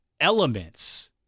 elements